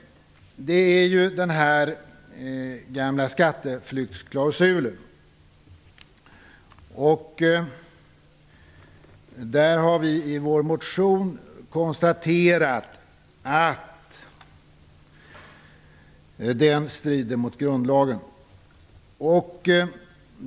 Det handlar om den gamla skatteflyktsklausulen. Där har vi i vår motion konstaterat att den strider mot grundlagen.